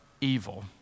evil